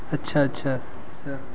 اچھا اچھا سر